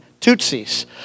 Tutsis